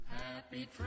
Happy